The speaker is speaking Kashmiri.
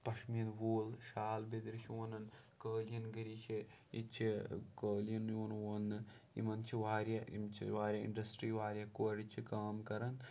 پَشمیٖن ووٗل شال بیترِ چھِ وَنان قٲلیٖن گٔری چھِ ییٚتہِ چھِ قٲلیٖن یِوان ووننہٕ یِمَن چھِ واریاہ یِم چھِ واریاہ اِنڈَسٹِرٛی واریاہ کورِ چھِ کٲم کَران